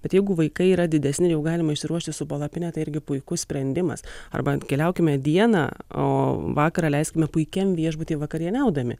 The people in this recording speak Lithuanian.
bet jeigu vaikai yra didesni jau galima išsiruošti su palapine tai irgi puikus sprendimas arba keliaukime dieną o vakarą leiskime puikiam viešbutyje vakarieniaudami